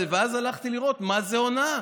והם חוקים שאנחנו התנגדנו להם גם בחוקי הקורונה,